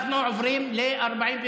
אנחנו עוברים ל-41.